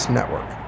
Network